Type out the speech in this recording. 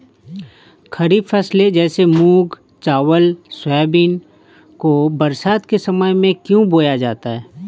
खरीफ फसले जैसे मूंग चावल सोयाबीन को बरसात के समय में क्यो बोया जाता है?